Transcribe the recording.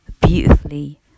beautifully